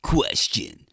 Question